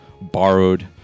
borrowed